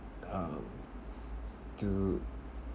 um to